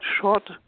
short